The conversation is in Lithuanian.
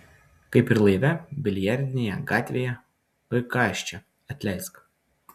kaip ir laive biliardinėje gatvėje oi ką aš čia atleisk